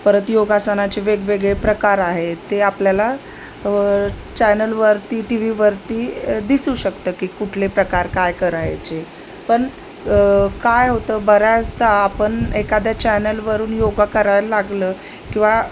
परत योगासनाचे वेगवेगळे प्रकार आहेत ते आपल्याला चॅनलवरती टी व्हीवरती दिसू शकतं की कुठले प्रकार काय करायचे पण काय होतं बऱ्याचदा आपण एखाद्या चॅनलवरून योगा करायला लागलं किंवा